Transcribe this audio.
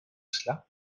cela